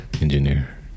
Engineer